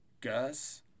Gus